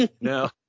No